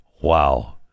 Wow